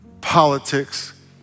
politics